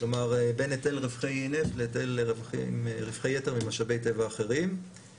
כלומר בין היטל רווחי נפט להיטל רווחי יתר ממשאבי טבע אחרים.